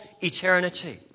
eternity